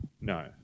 No